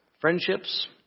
friendships